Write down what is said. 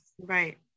Right